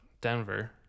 Denver